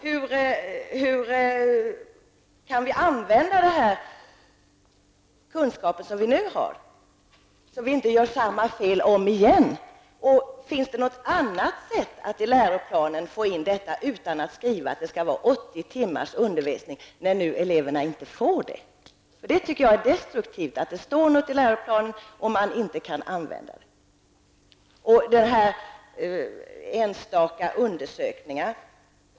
Hur kan vi använda de kunskaper som vi nu har, så att vi inte gör samma fel igen? Finns det något annat sätt att i läroplanen få in detta utan att man skriver att det skall vara 80 timmars undervisning när eleverna inte får det? Jag tycker att det är destruktivt att det står något i läroplanen som inte kan omsättas i verkligheten. Statsrådet talar om enstaka undersökningar.